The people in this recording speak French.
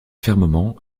fermement